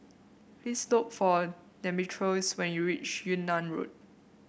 please look for Demetrios when you reach Yunnan Road